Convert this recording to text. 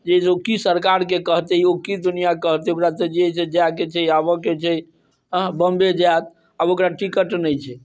जे ओ की सरकार के कहते ओ की दुनिया के कहते ओकरा तऽ जे है से जाइ के छै आबअ के हछै बंबई जैत आब ओकरा टिकट नै छै